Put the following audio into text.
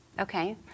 Okay